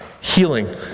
healing